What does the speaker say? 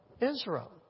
Israel